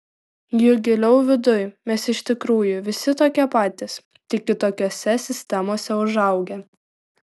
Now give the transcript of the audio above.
juk giliau viduj mes iš tikrųjų visi tokie patys tik kitokiose sistemose užaugę